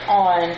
on